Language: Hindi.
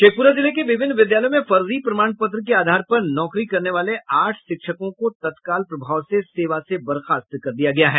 शेखपुरा जिले के विभिन्न विद्यालयों में फर्जी प्रमाण पत्र के आधार पर नौकरी करने वाले आठ शिक्षकों को तत्काल प्रभाव से सेवा से बर्खास्त कर दिया है